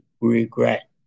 regret